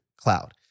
Cloud